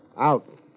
Out